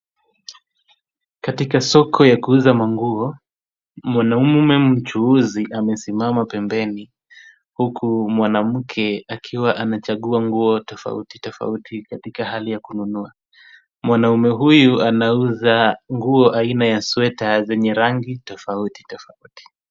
Katika soko ya kuuza manguo, mwanaume mchuuzi amesimama pembeni, huku mwanamke akiwa anachagua nguo tofauti tofauti katika hali ya kununua. Mwanaume huyu anauza nguo aina ya sweta zenye rangi tofauti tofauti.